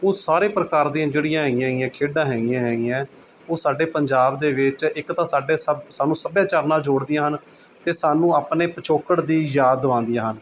ਉਹ ਸਾਰੇ ਪ੍ਰਕਾਰ ਦੀਆਂ ਜਿਹੜੀਆਂ ਹੈਂਗੀਆਂ ਹੈਂਗੀਆਂ ਖੇਡਾਂ ਹੈਂਗੀਆਂ ਹੈਂਗੀਆਂ ਉਹ ਸਾਡੇ ਪੰਜਾਬ ਦੇ ਵਿੱਚ ਇੱਕ ਤਾਂ ਸਾਡੇ ਸ ਸਾਨੂੰ ਸੱਭਿਆਚਾਰ ਨਾਲ਼ ਜੋੜਦੀਆਂ ਹਨ ਅਤੇ ਸਾਨੂੰ ਆਪਣੇ ਪਿਛੋਕੜ ਦੀ ਯਾਦ ਦਿਵਾਉਂਦੀਆਂ ਹਨ